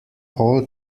all